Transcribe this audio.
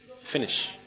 Finish